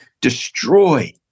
destroy